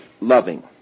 loving